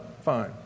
fine